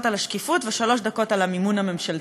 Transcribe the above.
על השקיפות ושלוש דקות על המימון הממשלתי,